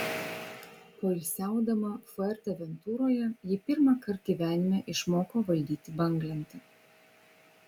poilsiaudama fuerteventuroje ji pirmąkart gyvenime išmoko valdyti banglentę